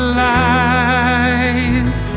lies